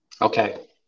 Okay